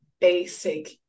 basic